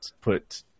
put